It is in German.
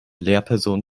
lehrperson